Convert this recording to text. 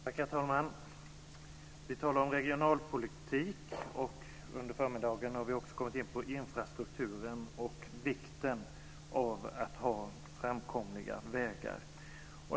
Herr talman! Vi har talat om regionalpolitik, och vi har under förmiddagen också kommit in på frågor om infrastrukturen och vikten av att ha framkomliga vägar.